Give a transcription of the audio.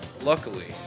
luckily